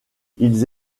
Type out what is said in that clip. ils